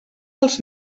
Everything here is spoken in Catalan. els